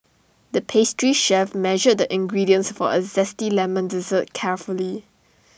the pastry chef measured the ingredients for A Zesty Lemon Dessert carefully